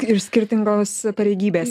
ir skirtingos pareigybės